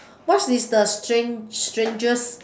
what is the strange strangest